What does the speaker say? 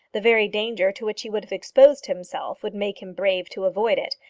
the very danger to which he would have exposed himself would make him brave to avoid it.